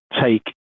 take